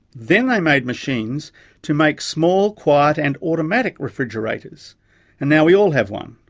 then they made machines to make small, quiet and automatic refrigerators and now we all have one.